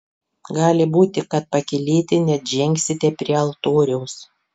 gali būti kad pakylėti net žengsite prie altoriaus